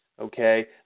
okay